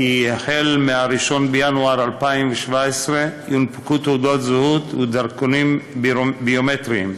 כי החל מ-1 בינואר 2017 יונפקו תעודות זהות ודרכונים ביומטריים.